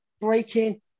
breaking